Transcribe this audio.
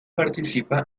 participa